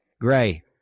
Gray